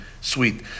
sweet